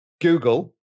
Google